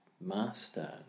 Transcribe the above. master